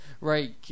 right